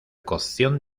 cocción